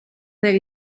per